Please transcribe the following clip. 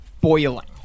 boiling